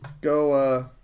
Go